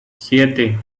siete